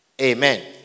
Amen